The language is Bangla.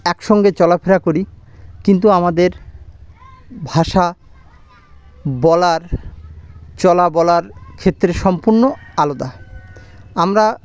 একসঙ্গে চলাফেরা করি কিন্তু আমাদের ভাষা বলার চলা বলার ক্ষেত্রে সম্পূর্ণ আলাদা আমরা